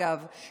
אגב,